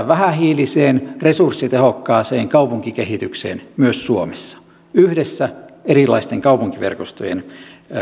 vähähiiliseen resurssitehokkaaseen kaupunkikehitykseen myös suomessa yhdessä erilaisten kaupunkiverkostojen